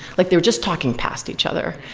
like they were just talking past each other,